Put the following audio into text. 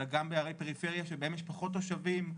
אלא גם בערי פריפריה שבהן יש פחות תושבים.